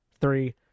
Three